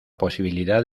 posibilidad